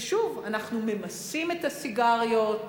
ושוב, אנחנו ממסים את הסיגריות,